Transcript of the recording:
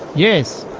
yes.